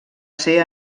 ser